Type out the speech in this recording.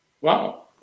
Wow